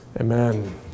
Amen